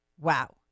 Wow